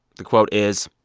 the quote is,